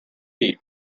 team